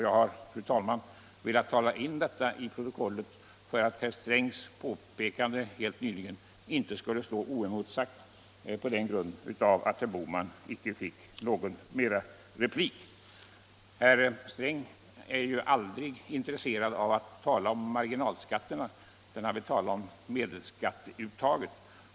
Jag har, fru talman, velat tala in detta till protokollet för att herr Strängs påpekande helt nyligen inte skall stå oemotsagt på grund av att herr Bohman icke fick någon mer replik. Herr Sträng är ju aldrig intresserad av att tala om marginalskatterna, utan han vill tala om medelskatteuttaget.